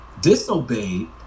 disobeyed